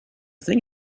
thing